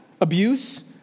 abuse